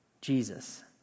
Jesus